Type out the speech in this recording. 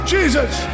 Jesus